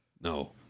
No